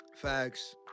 Facts